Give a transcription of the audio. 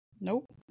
Nope